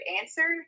answer